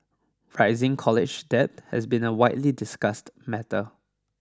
rising college debt has been a widely discussed matter